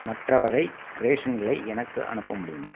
மற்ற வகை க்ரேஷன்களை எனக்கு அனுப்ப முடியுமா